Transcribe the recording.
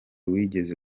wigeze